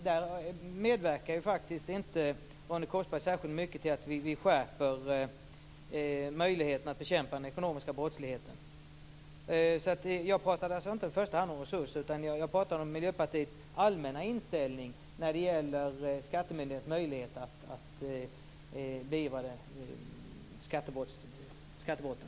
Där medverkar faktiskt inte Ronny Korsberg särskilt mycket till att vi skärper möjligheterna att bekämpa den ekonomiska brottsligheten. Jag pratade alltså inte i första hand om resurser. Jag pratade om Miljöpartiets allmänna inställning när det gäller skattemyndigheternas möjlighet att beivra skattebrotten.